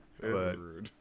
Rude